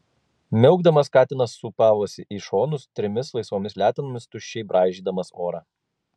miaukdamas katinas sūpavosi į šonus trimis laisvomis letenomis tuščiai braižydamas orą